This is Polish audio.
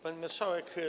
Pani Marszałek!